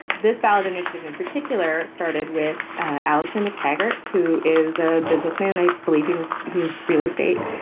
this ballot initiative in particular started with ah alistair mactaggart, who is a businessman. i believe he works. he is real estate.